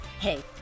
Hey